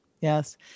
yes